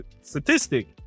statistic